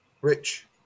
Rich